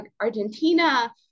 Argentina